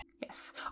Yes